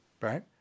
Right